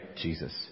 Jesus